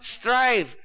Strive